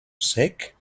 cec